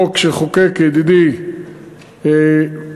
חוק שחוקק ידידי פרוש,